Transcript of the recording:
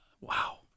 Wow